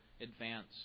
advance